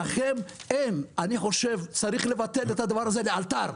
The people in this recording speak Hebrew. לכן, אני חושב שצריך לבטל את הדבר הזה לאלתר.